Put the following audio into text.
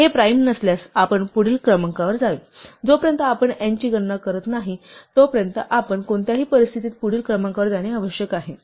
हे प्राइम नसल्यास आपण पुढील क्रमांकावर जावे जोपर्यंत आपण n ची गणना करत नाही तोपर्यंत आपण कोणत्याही परिस्थितीत पुढील क्रमांकावर जाणे आवश्यक आहे